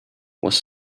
was